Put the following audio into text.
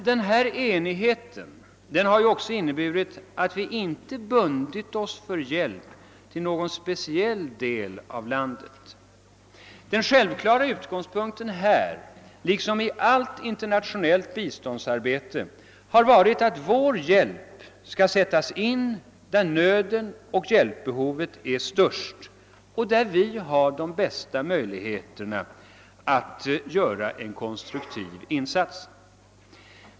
Den enigheten har emellertid inneburit att vi inte bundit oss för hjälp till någon speciell del av landet. Den självklara utgångspunkten här liksom i allt internationellt biståndsarbete har varit att vår hjälp skall sättas in där nöden och hjälpbehovet är störst och där vi har de bästa möjligheterna att göra en konstruktiv insats.